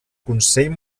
consell